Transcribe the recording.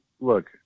look –